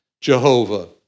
Jehovah